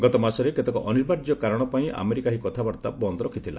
ଗତ ମାସରେ କେତେକ ଅନିବାର୍ଯ୍ୟ କାରଣ ପାଇଁ ଆମେରିକା ଏହି କଥାବାର୍ତ୍ତା ବନ୍ଦ ରଖିଥିଲା